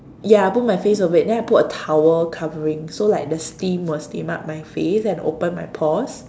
ya I put my face over it then I put a towel covering so like the steam will steam up my face and open my pores